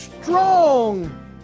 strong